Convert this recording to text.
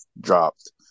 dropped